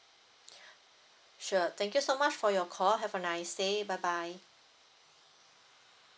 sure thank you so much for your call have a nice day bye bye